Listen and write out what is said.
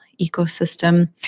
ecosystem